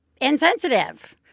insensitive